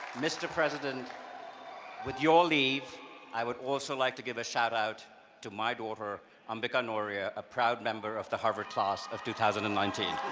mr. president with your leave i would also like to give a shout out to my daughter, amika nohria a proud member of the harvard class of two thousand and nineteen.